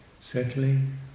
settling